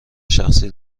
شخصی